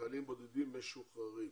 לחיילים בודדים משוחררים.